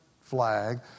flag